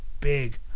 big